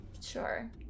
sure